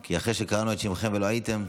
כי קראנו את שמכם ולא הייתם.